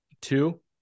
two